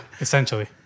essentially